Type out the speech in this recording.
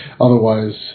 otherwise